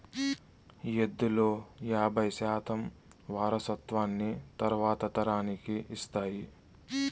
ఎద్దులు యాబై శాతం వారసత్వాన్ని తరువాతి తరానికి ఇస్తాయి